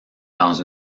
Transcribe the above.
dans